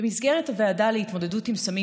במסגרת הוועדה להתמודדות עם סמים